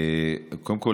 קודם כול,